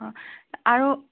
আৰু